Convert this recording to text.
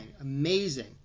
amazing